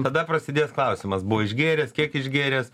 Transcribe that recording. tada prasidės klausimas buvo išgėręs kiek išgėręs